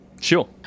Sure